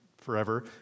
forever